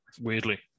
weirdly